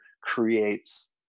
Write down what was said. creates